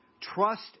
Trust